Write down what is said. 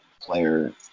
player